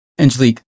Angelique